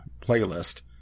playlist